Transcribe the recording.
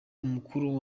umukuru